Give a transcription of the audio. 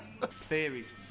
Theories